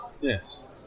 Yes